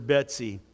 Betsy